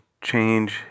change